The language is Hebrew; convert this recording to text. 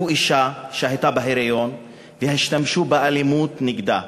תקפו אישה שהייתה בהיריון והשתמשו באלימות נגדה.